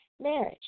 Marriage